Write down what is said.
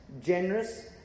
generous